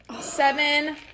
Seven